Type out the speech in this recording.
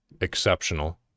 exceptional